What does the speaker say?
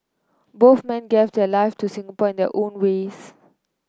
both men gave their lives to Singapore in their own ways